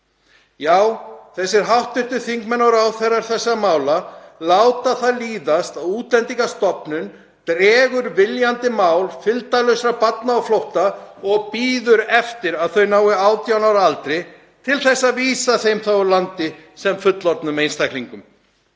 Þessir hv. þingmenn og ráðherrar þessara mála láta það líðast að Útlendingastofnun dragi viljandi mál fylgdarlausra barna á flótta og bíði eftir að þau nái 18 ára aldri til að vísa þeim úr landi sem fullorðnum einstaklingum.